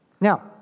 Now